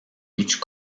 each